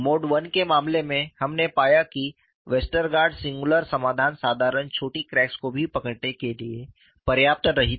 mode I के मामले में हमने पाया कि वेस्टरगार्ड सिंगुलर समाधान साधारण छोटी क्रैक्स को भी पकड़ने के लिए पर्याप्त नहीं था